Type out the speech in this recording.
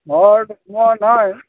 ঘৰত সোমোৱা নাই